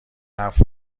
حرف